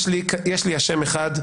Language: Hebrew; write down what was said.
יש לי השם אחד,